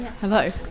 Hello